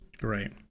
Right